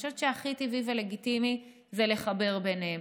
ואני חושבת שהכי טבעי ולגיטימי לחבר ביניהם.